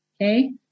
Okay